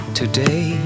today